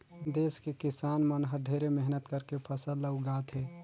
देस के किसान मन हर ढेरे मेहनत करके फसल ल उगाथे